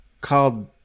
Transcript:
called